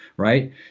Right